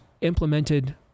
implemented